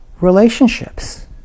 relationships